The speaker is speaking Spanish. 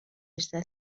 desde